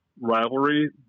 rivalry